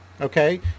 okay